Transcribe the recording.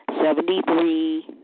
seventy-three